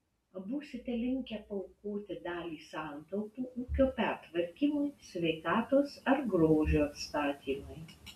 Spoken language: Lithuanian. būsite linkę paaukoti dalį santaupų ūkio pertvarkymui sveikatos ar grožio atstatymui